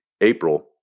April